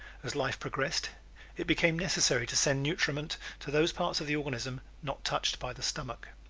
as life progressed it became necessary to send nutriment to those parts of the organism not touched by the stomach.